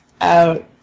Out